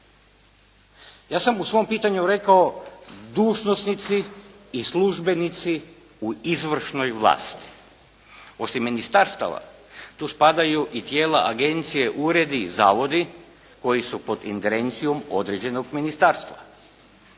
Ja sam u svom pitanju rekao dužnosnici i službenici u izvršnoj vlasti. Osim ministarstava tu spadaju i tijela agencije, uredi i zavodi koji su pod ingerencijom određenog ministarstva.